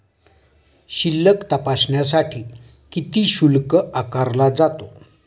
शिल्लक तपासण्यासाठी किती शुल्क आकारला जातो?